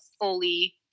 fully